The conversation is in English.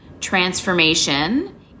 transformation